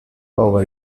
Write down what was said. over